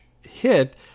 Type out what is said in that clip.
hit